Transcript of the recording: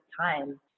time